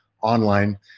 Online